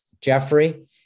Jeffrey